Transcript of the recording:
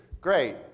great